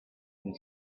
and